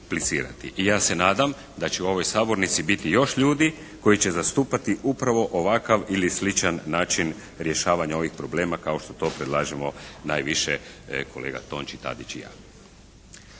i ja se nadam da će u ovoj sabornici biti još ljudi koji će zastupati upravo ovakav ili sličan način rješavanja ovih problema kao što to predlažemo najviše kolega Tonči Tadić i ja.